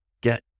get